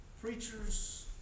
preachers